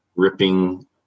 ripping